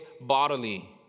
bodily